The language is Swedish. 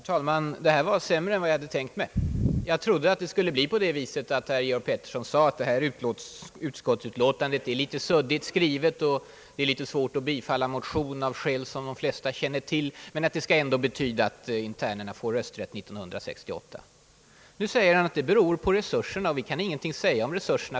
Herr talman! Det här var värre än jag hade tänkt mig. Jag trodde att herr Georg Pettersson skulle säga att utskottsutlåtandet var litet suddigt skrivet, att det är litet svårt att bifalla motionen etc. — men att det ändå skulle betyda att internerna får rösträtt 1968. Nu säger han i stället att det beror på postens resurser och att vi för närvarande inte kan säga något om de resurserna.